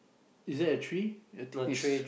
is there a tree I think is